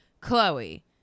Chloe